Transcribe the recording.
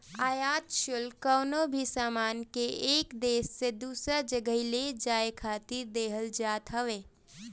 आयात शुल्क कवनो भी सामान के एक देस से दूसरा जगही ले जाए खातिर देहल जात हवे